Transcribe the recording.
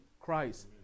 Christ